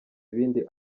ibindi